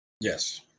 Yes